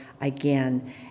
again